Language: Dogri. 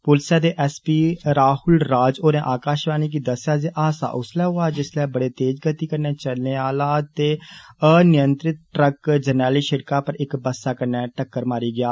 पुलसै दे एस पी राहुल राज होरें आकाषवाणी गी दस्सेआ जे हादसा उस्सलै होआ जिस्सलै बडे तेज गति कन्नै चलने आहला ते अभिपंत्रित ट्रक जरनैली सिड़का पर इक बस्सा कन्नै टक्कर मारी गेआ